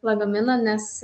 lagaminą nes